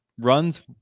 runs